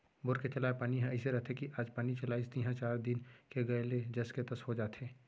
bore के चलाय पानी ह अइसे रथे कि आज पानी चलाइस तिहॉं चार दिन के गए ले जस के तस हो जाथे